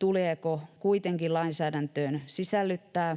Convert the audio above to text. tuleeko kuitenkin lainsäädäntöön sisällyttää